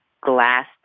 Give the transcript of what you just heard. glass